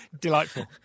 Delightful